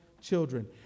children